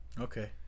Okay